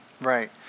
Right